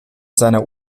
seiner